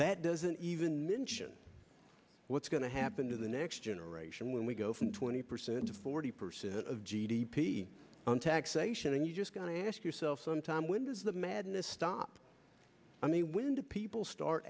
that doesn't even mention what's going to happen to the next generation when we go from twenty percent to forty percent of g d p on taxation and you just got to ask yourself some time when does the madness stop i mean when do people start